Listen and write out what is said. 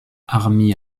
army